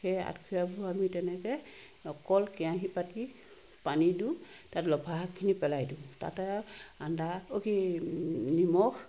সেই আঠখৰীয়াবোৰ আমি তেনেকৈ অকল কেৰাহি পাতি পানীটো তাত লফা শাকখিনি পেলাই দিওঁ তাতে আৰু আদা অ' কি নিমখ